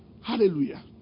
Hallelujah